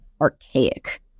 archaic